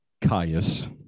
caius